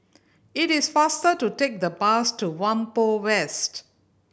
it is faster to take the bus to Whampoa West